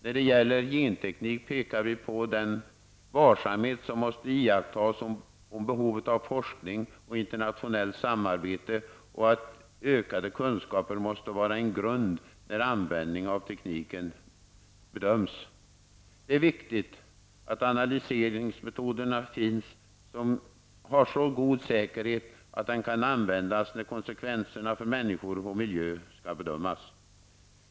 När det gäller genteknik pekar vi på den varsamhet som måste iakttas, behovet av forskning och internationellt samarbete samt att ökade kunskaper måste vara en grund när användning av tekniken bedöms. Det är viktigt att analysmetoden har så god säkerhet att den kan användas när konsekvenserna för människor och miljö skall bedömas.